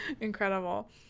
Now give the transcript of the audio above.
incredible